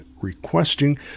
requesting